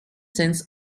sense